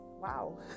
wow